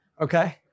Okay